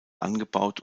angebaut